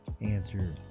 answer